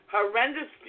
Horrendous